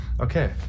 Okay